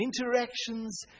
interactions